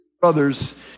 brothers